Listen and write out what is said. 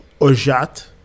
ojat